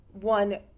one